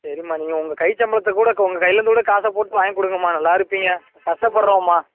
சரிமா நீங்கள் உங்கள் கை சம்பளத்தை கூட உங்கள் கையிலிருந்து கூட காசை போட்டு வாங்கிக் கொடுங்கம்மா நல்லா இருப்பீங்க கஷ்டப்பட்றவன்ம்மா